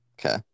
Okay